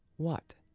what?